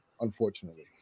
Unfortunately